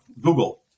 Google